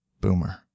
Boomer